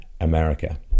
America